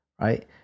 right